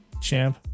champ